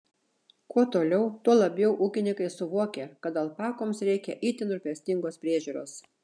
kuo toliau tuo labiau ūkininkai suvokia kad alpakoms reikia itin rūpestingos priežiūros